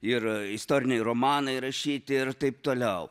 ir istoriniai romanai rašyti ir taip toliau